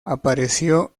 apareció